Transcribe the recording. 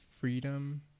freedom